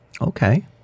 Okay